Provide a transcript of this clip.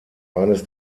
eines